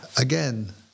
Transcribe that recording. again